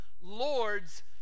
Lord's